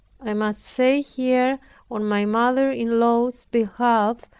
i must say here on my mother-in-law's behalf,